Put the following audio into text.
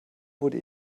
wurde